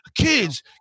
kids